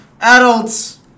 adults